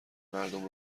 مردم